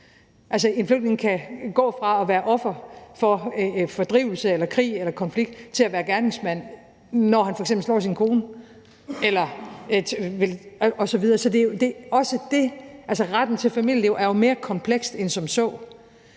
en flytning kan gå fra at være offer for fordrivelse eller krig eller konflikt til at være gerningsmand, når han f.eks. slår sin kone osv. Så det er jo også dét. Altså, retten til familieliv er jo mere komplekst end som så.